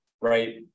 right